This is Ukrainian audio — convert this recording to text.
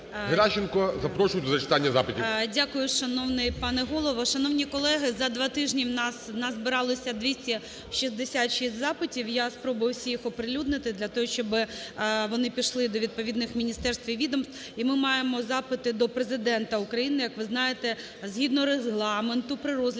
Геращенко, запрошую до зачитання запитів.